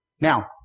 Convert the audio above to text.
Now